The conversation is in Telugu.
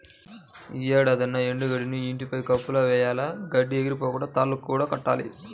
యీ ఏడాదన్నా ఎండు గడ్డిని ఇంటి పైన కప్పులా వెయ్యాల, గడ్డి ఎగిరిపోకుండా తాళ్ళు కూడా కట్టించాలి